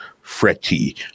Fretty